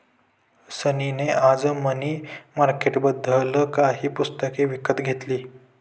सनी ने आज मनी मार्केटबद्दल काही पुस्तके विकत घेतली